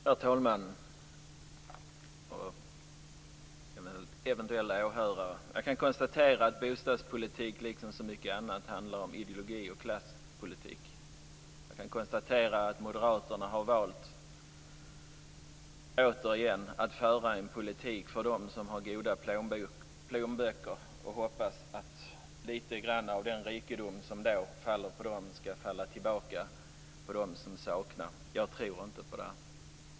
Herr talman! Eventuella åhörare! Jag kan konstatera att bostadspolitik som så mycket annat handlar om ideologi och klasspolitik. Jag kan konstatera att Moderaterna återigen har valt att föra en politik för dem som har goda plånböcker och hoppas att den rikedom som faller på dessa också skall falla tillbaka på dem som saknar. Jag tror inte på det.